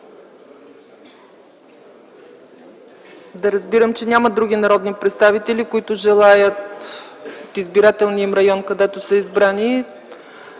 Да разбирам, че няма други народни представители, които желаят в избирателния им район, където са избрани,